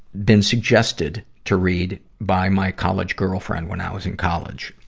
been suggested to read by my college girlfriend when i was in college.